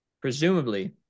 presumably